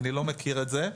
אני לא מכיר את זה,